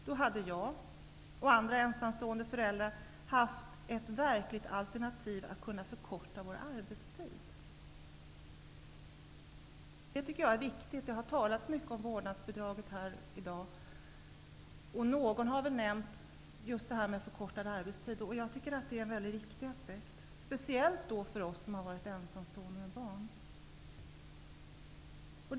Då hade jag och andra ensamstående föräldrar haft ett verkligt alternativ, att kunna förkorta vår arbetstid. Det har talats mycket om vårdnadsbidraget i dag. Någon har nämnt detta med förkortad arbetstid. Det tycker jag är väldigt viktigt, speciellt för oss som har varit ensamstående med barn.